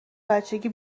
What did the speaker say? بچگی